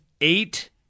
eight